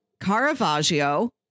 caravaggio